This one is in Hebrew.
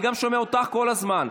אני גם שומע אותך כל הזמן.